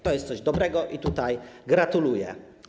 To jest coś dobrego i tego gratuluję.